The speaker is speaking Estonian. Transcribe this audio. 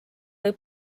või